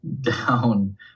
down